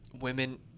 women